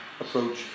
approach